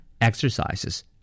exercises